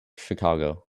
chicago